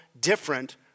different